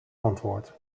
antwoord